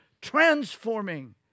transforming